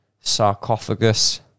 sarcophagus